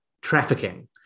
trafficking